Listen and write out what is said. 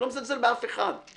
אני לא מזלזל באף אחד.